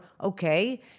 okay